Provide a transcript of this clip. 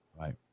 right